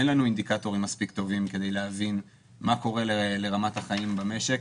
אין לנו אינדיקטורים מספיק טובים כדי להבין מה קורה לרמת החיים במשק.